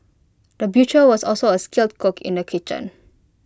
the butcher was also A skilled cook in the kitchen